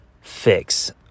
fix